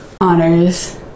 honors